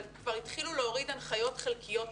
אבל כבר התחילו להוריד הנחיות חלקיות,